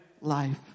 life